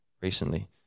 recently